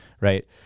Right